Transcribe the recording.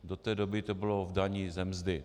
Do té doby to bylo v dani ze mzdy.